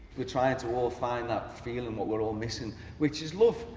we're trying to all find that feeling, what we're all missing, which is love.